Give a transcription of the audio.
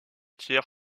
tiers